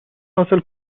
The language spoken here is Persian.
حاصل